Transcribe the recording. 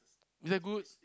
is that good